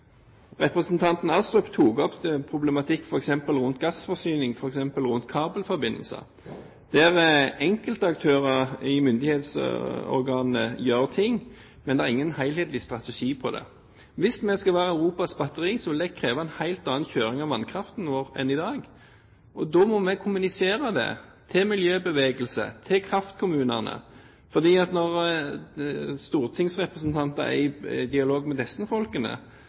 Representanten Astrup tok opp problematikk rundt f.eks. gassforsyning og kabelforbindelser – der enkeltaktører i myndighetsorganene gjør ting, men det er ingen helhetlig strategi rundt det. Hvis vi skal være Europas batteri, vil det kreve en helt annen kjøring av vannkraften vår enn i dag. Da må vi kommunisere det til miljøbevegelse og til kraftkommunene, for når stortingsrepresentanter er i dialog med disse folkene,